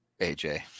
AJ